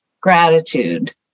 gratitude